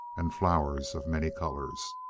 and flowers of many colours.